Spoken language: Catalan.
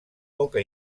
poca